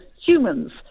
humans